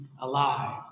alive